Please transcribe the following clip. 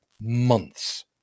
months